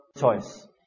choice